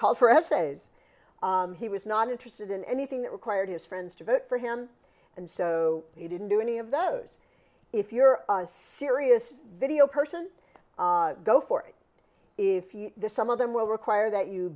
called for essays he was not interested in anything that required his friends to vote for him and so he didn't do any of those if you're serious video person go for it if you some of them will require that you